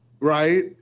right